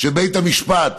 שבית המשפט